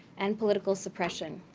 and political suppression.